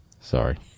Sorry